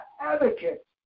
advocate